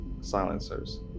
silencers